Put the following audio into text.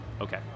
okay